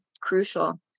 crucial